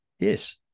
Yes